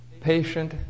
patient